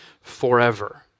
forever